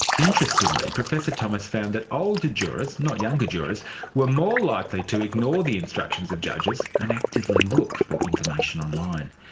interestingly, professor thomas found that older jurors not younger jurors were more likely to ignore the instructions of judges and actively look for information online.